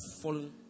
fallen